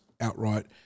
outright